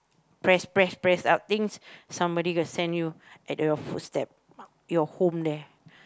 press press press out things somebody gonna send you at your footstep your home there